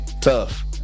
tough